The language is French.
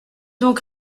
donc